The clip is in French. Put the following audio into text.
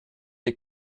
des